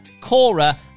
Cora